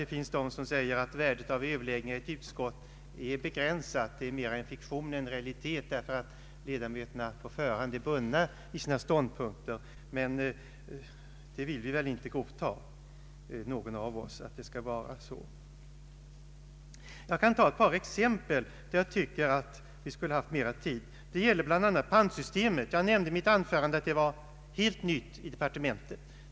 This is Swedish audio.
Det finns de som anser att värdet av överläggningarna i ett utskott är begränsat — att det mer är en fiktion än en realitet — därför att ledamöterna på förhand är bundna i sina ståndpunkter. Men ingen av oss vill väl godta ett sådant påstående. Jag kan som exempel ange ett par detaljer där jag anser att vi borde haft mer tid. Jag avser bl.a. pantsystemet. Jag nämnde i mitt förra anförande att det systemet omarbetades helt i departementet.